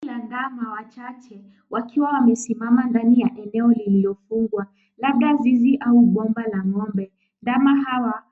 Kundi la ndama wachache wakiwa wamesimama ndani ya eneo lililofungwa. Labda zizi au boma la ng'ombe. Ndama hawa